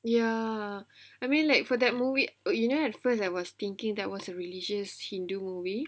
ya I mean like for that movie or you know at first I was thinking that was a religious hindu movie